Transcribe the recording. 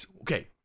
Okay